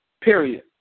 Period